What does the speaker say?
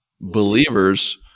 believers